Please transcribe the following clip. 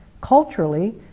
culturally